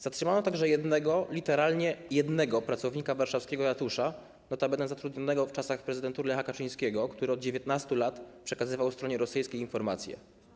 Zatrzymano także jednego, literalnie: jednego, pracownika warszawskiego ratusza - notabene zatrudnionego w czasach prezydentury Lecha Kaczyńskiego - który od 19 lat przekazywał stronie rosyjskiej informacje.